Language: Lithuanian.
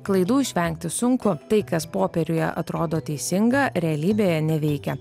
klaidų išvengti sunku tai kas popieriuje atrodo teisinga realybėje neveikia